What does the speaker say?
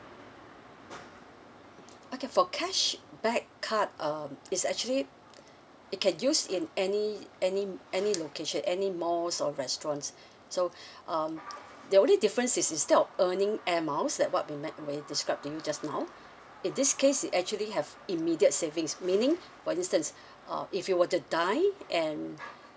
okay for cashback card um is actually it can use in any any any location any malls or restaurants so um the only difference is instead of earning air miles that what we ment~ we described to you just now in this case it actually have immediate savings meaning for instance uh if you were to dine and